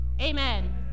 amen